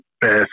best